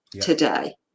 today